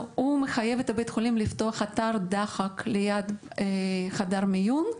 שמחייב את בית החולים לפתוח אתר דחק ליד חדר מיון.